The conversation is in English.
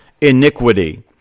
iniquity